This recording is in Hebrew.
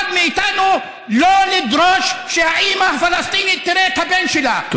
מאיתנו שלא לדרוש שהאימא הפלסטינית תראה את הבן שלה,